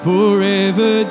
Forever